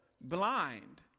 blind